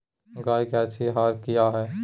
गाय के अच्छी आहार किया है?